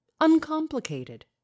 uncomplicated